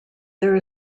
there